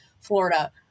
florida